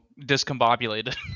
discombobulated